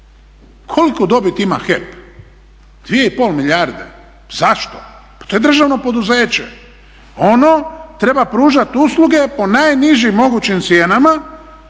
Koliku dobit ima HEP? 2 i pol milijarde. Zašto? Pa to je državno poduzeće. Ono treba pružat usluge po najnižim mogućim cijenama